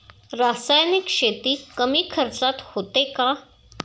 रासायनिक शेती कमी खर्चात होते का?